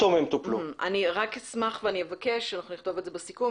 אני אבקש ונכתוב את זה בסיכום